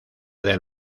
del